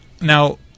now